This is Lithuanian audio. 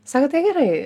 sako tai gerai